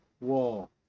wall